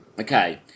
Okay